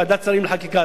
ועדת שרים לחקיקה,